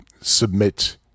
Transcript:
submit